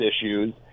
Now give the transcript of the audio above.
issues